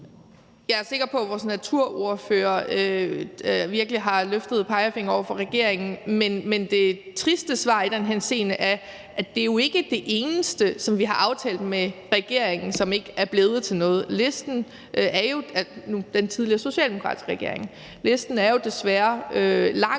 Jeg er sikker på, at vores naturordfører virkelig har løftet pegefingeren over for regeringen, men det triste svar i den henseende er, at det jo ikke er det eneste, som vi har aftalt med regeringen, altså den nu tidligere socialdemokratiske regering, som ikke er blevet til noget.